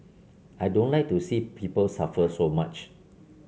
I don't like to see people suffer so much